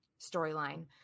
storyline